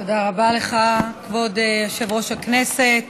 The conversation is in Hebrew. תודה רבה לך, כבוד יושב-ראש הכנסת.